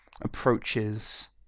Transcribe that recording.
approaches